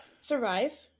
survive